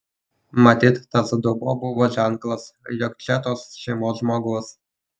matyt tas dubuo buvo ženklas jog čia tos šeimos žmogus